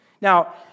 Now